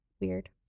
weird